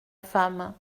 femme